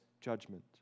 judgment